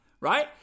right